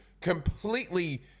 completely